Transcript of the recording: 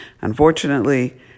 Unfortunately